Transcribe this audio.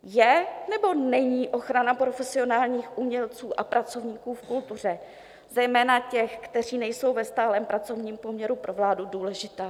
Je, nebo není ochrana profesionálních umělců a pracovníků v kultuře, zejména těch, kteří nejsou ve stálém pracovním poměru, pro vládu důležitá?